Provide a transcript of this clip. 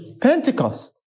Pentecost